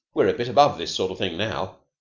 we're a bit above this sort of thing now.